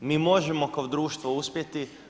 Mi možemo kao društvo uspjeti.